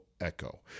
Echo